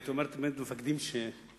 והייתי אומר תמיד למפקדים שלי,